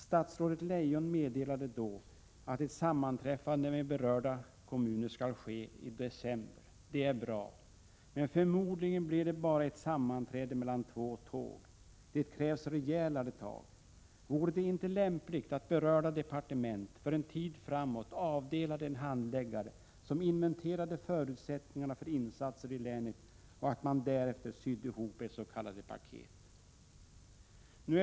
Statsrådet Leijon meddelade då att ett sammanträffande med berörda kommuner skall ske i december. Det är bra. Förmodligen blir det bara ett sammanträde mellan två tåg. Det krävs rejälare tag. Vore det inte lämpligt att berörda departement för en tid framåt avdelade en handläggare som inventerade förutsättningarna för insatser i länet och att man därefter sydde ihop ett ”paket”?